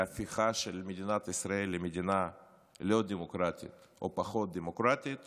מההפיכה של מדינת ישראל למדינה לא דמוקרטית או פחות דמוקרטית